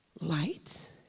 Light